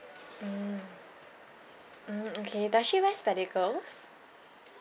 mm mm okay does she wear spectacles